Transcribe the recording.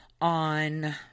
on